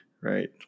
Right